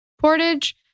Portage